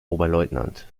oberleutnant